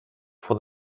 for